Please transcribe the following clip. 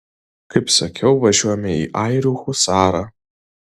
kaip sakiau važiuojame į airių husarą